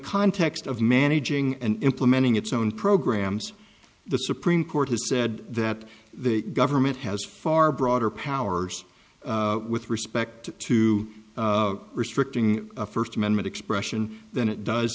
context of managing and implementing its own programs the supreme court has said that the government has far broader powers with respect to restricting a first amendment expression than it does